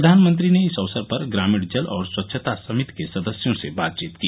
प्रधानमंत्री ने इस अवसर पर ग्रामीण जल और स्वच्छता समिति के सदस्यों से बातचीत की